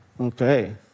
Okay